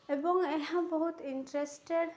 ଏବଂ ଏହା ବହୁତ ଇଣ୍ଟରେଷ୍ଟେଡ଼